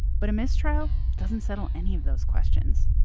but a mistrial doesn't settle any of those questions.